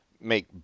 Make